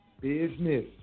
business